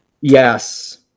Yes